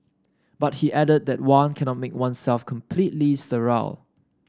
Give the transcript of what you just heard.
but he added that one cannot make oneself sterile